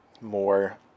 more